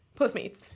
Postmates